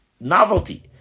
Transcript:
novelty